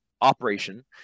operation